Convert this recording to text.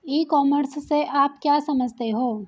ई commerce से आप क्या समझते हो?